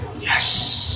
yes